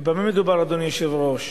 ובמה מדובר, אדוני היושב-ראש?